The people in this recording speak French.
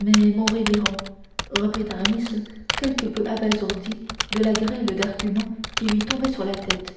mais mon révérend reprit aramis quelque peu abasourdi de la grêle d'arguments qui lui tombait sur la tête